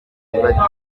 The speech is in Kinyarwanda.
iribagiza